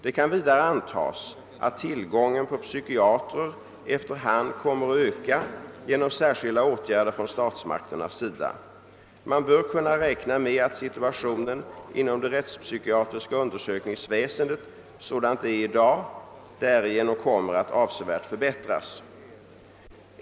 Det kan vidare antas att tillgången på psykiatrer efter hand kommer att öka genom särskilda åtgärder från statsmakternas sida. Man bör kunna räkna med att situationen inom det rättspsykiatriska undersökningsväsendet sådant det är i dag därigenom kommer att avsevärt förbättras.